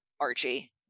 Archie